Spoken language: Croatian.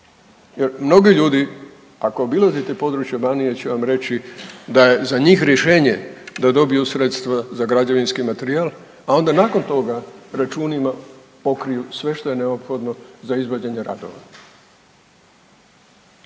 jer mnogi ljudi ako obilazite područje Banije će vam reći da je za njih rješenje da dobiju sredstva za građevinski materijal, a onda nakon toga računima pokriju sve što je neophodno za izvođenje radova.